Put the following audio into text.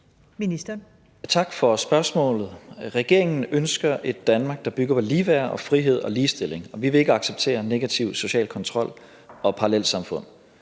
Tesfaye): Tak for spørgsmålet. Regeringen ønsker et Danmark, der bygger på ligeværd og frihed og ligestilling. Vi vil ikke acceptere en negativ social kontrol og parallelsamfund.